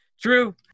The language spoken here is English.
True